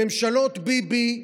בממשלות ביבי,